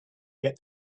get